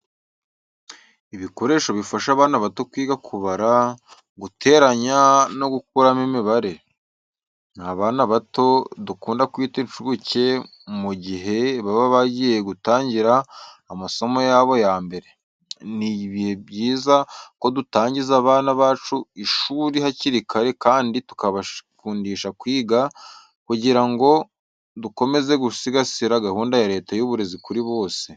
Ibikoresho bifasha abana bato kwiga kubara, guteranya no gukuramo imibare. Ni abana bato dukunda kwita incuke mu gihe baba bagiye gutangira amasomo yabo ya mbere. Ni byiza ko dutangiza abana bacu ishuri hakiri kare kandi tukabakundisha kwiga kugirango dukomeze gusigasira gahunda ya Leta y'uburezi kuri bose.